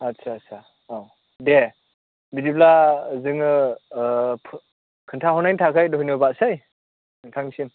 आदसा सा औ दे बिदिब्ला जोङो खोन्थाहरनायनि थाखाय धन्यबादसै नोंथांनिसिम